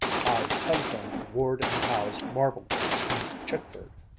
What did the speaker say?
i've telephoned to ward and howe's marble-works in chitford,